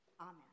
Amen